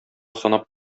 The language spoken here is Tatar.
санап